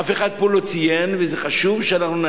אף אחד פה לא ציין, וזה חשוב שנבין,